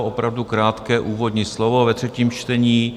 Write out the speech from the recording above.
Opravdu krátké úvodní slovo ve třetím čtení.